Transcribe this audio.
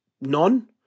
none